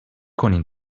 کنین